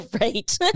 Right